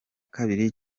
kabiri